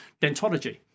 Dentology